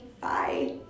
Bye